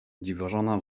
dziwożona